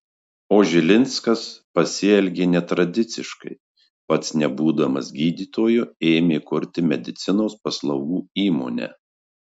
o žilinskas pasielgė netradiciškai pats nebūdamas gydytoju ėmė kurti medicinos paslaugų įmonę